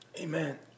Amen